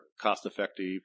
cost-effective